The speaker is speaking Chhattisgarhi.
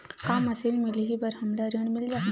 का मशीन मिलही बर हमला ऋण मिल जाही?